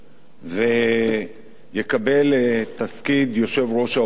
ויקבל את תפקיד יושב-ראש האופוזיציה.